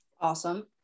Awesome